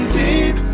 deep